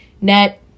Net